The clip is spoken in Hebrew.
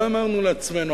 מה אמרנו לעצמנו?